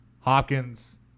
Hopkins